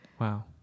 Wow